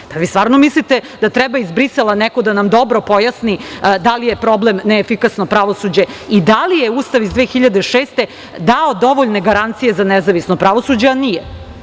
Pa, jel vi stvarno mislite da treba iz Brisela da nam neko dobro pojasni da li je problem neefikasno pravosuđe i da li je Ustav iz 2006. dao dovoljne garancije za nezavisno pravosuđe, a nije?